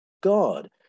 God